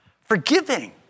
forgiving